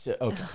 Okay